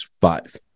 five